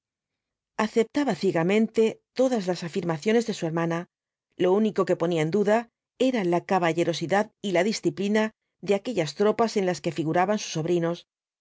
aceptaba ciegamente todas las afirmaciones de su hermana lo único que ponía en duda era la caballerosidad y la disciplina de aquellas tropas en las que figuraban sus sobrinos